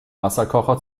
wasserkocher